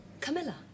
Camilla